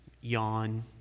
Yawn